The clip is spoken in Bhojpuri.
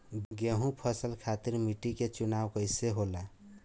गेंहू फसल खातिर मिट्टी के चुनाव कईसे होला?